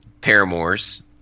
paramours